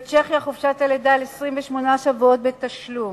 בצ'כיה חופשת הלידה היא 28 שבועות בתשלום.